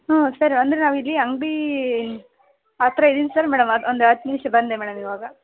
ಹಾಂ ಸರ್ ಅಂದ್ರೆ ನಾವು ಇಲ್ಲಿ ಅಂಗಡಿ ಹತ್ತಿರ ಇದ್ದೀನಿ ಸರ್ ಮೇಡಮ್ ಒಂದು ಹತ್ತು ನಿಮಿಷ ಬಂದೆ ಮೇಡಮ್ ಈವಾಗ